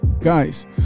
Guys